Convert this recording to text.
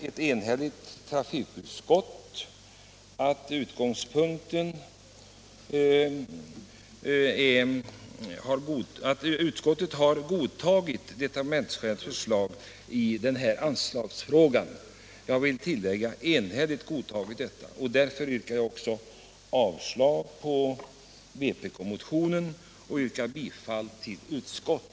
Ett enhälligt trafikutskott har godtagit departementschefens förslag i anslagsfrågan och avstyrker vpk-motionen. Jag yrkar, herr talman, bifall